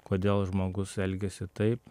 kodėl žmogus elgiasi taip